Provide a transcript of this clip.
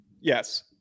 Yes